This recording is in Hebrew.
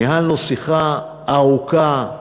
ניהלנו שיחה ארוכה,